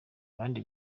abandi